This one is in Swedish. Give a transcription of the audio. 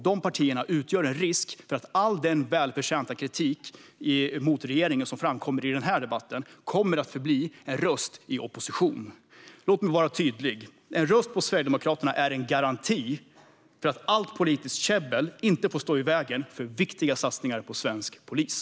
De partierna utgör en risk för att all den välförtjänta kritik mot regeringen som framkommer i den här debatten kommer att förbli en röst i opposition. Låt mig vara tydlig. En röst på Sverigedemokraterna är en garanti för att allt politiskt käbbel inte får stå i vägen för viktiga satsningar på svensk polis.